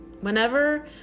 whenever